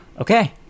Okay